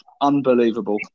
unbelievable